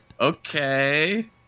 okay